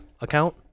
account